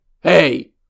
Hey